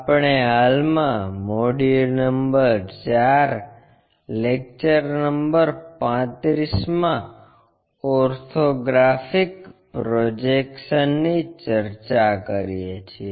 આપણે હાલમાં module number 4 lecture number 35 માં ઑર્થોગ્રાફિક પ્રોજેક્શન ની ચર્ચા કરીએ છીએ